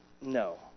No